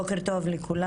בוקר טוב לכולם,